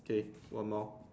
okay one more